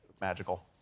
magical